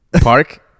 Park